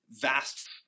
vast